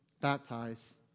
baptize